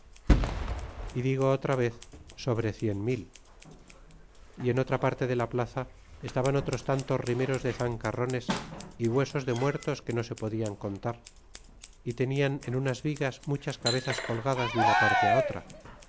y digo otra vez sobre cien mil y en otra parte de la plaza estaban otros tantos rimeros de zancarrones y huesos de muertos que no se podian contar y tenian en unas vigas muchas cabezas colgadas de una parte otra